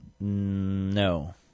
No